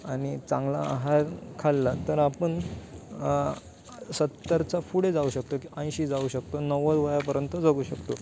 आणि चांगला आहार खाल्ला तर आपण सत्तरचा पुढे जाऊ शकतो की ऐंशी जाऊ शकतो नव्वद वयापर्यंत जगू शकतो